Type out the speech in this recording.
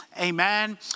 Amen